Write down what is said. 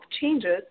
changes